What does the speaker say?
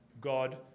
God